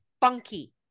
funky